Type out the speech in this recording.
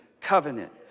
covenant